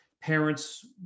parents